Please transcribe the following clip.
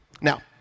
Now